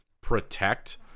protect